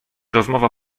rozmowa